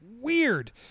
weird